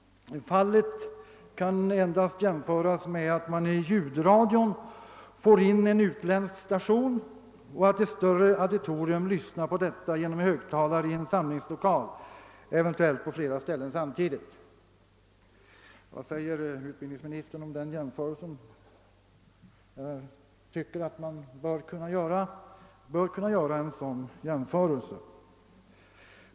Fallet kan endast jämföras med att man i ljudradion får in en utländsk station och att ett större auditorium lyssnar på radio genom högtalare i en samlingslokal, eventuellt på flera ställen samtidigt. Vad säger utbildningsministern om den jämförelsen? — Jag tycker att den bör vara berättigad.